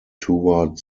toward